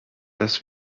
das